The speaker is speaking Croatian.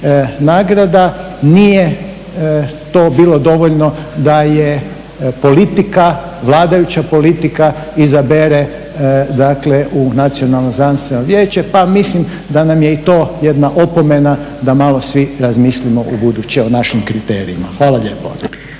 nagrada nije to bilo dovoljno da je politika, vladajuća politika izabere, dakle u Nacionalno znanstveno vijeće. Pa mislim da nam je i to jedna opomena da malo svi razmislimo u buduće o našim kriterijima. Hvala lijepo.